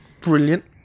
Brilliant